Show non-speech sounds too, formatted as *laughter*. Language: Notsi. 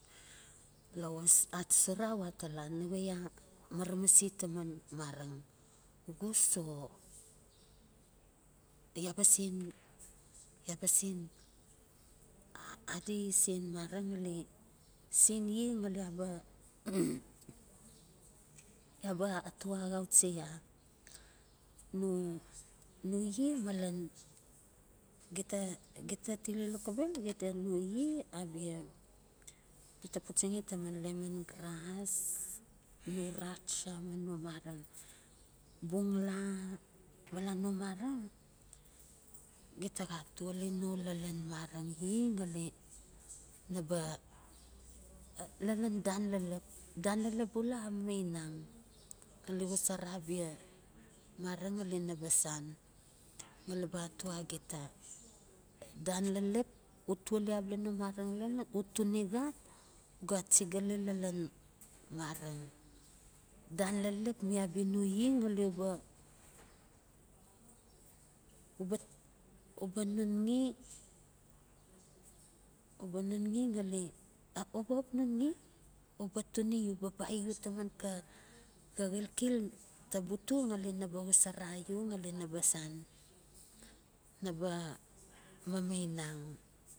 Lowas achuchura a we atala, nawe ya maramase taman mareng xus o ya ba sen ya ba sen adi sen mareng ngali sen ye ngali ya ba *noise* ya ba atoa axauchi ya? No no ye malen gita gita tile loxobel xida no ye abia gita puchaxi taman lemon grass, no racha no mareng bungla bala no mareng gita xa tuali no lalan mareng ye ngali naba *hesitation* lalan dan, lalap dan, lalap bula a mamainang ngali xosora abia mareng ngali raba sen ngali naba atoa gita. Dan lalap u tuali abala no mareng lalan, u tunixat u ga achigali lalan mareng dan lalap mi abia no ye ngali.